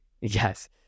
Yes